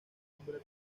nombre